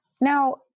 Now